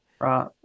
Right